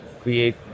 create